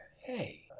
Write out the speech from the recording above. hey